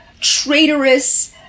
traitorous